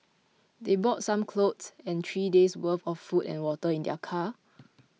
they brought some clothes and three days' worth of food and water in their car